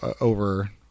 over